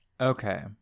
Okay